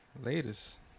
latest